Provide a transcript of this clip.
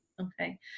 Okay